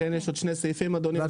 כן, יש עוד שני סעיפים, אדוני היושב-ראש.